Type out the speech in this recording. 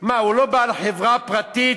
מה, הוא לא בעל חברה פרטית,